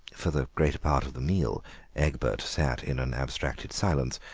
for the greater part of the meal egbert sat in an abstracted silence,